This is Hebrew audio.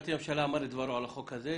המשפטי לממשלה אמר את דברו על החוק הזה,